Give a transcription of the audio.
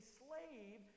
slave